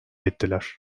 ettiler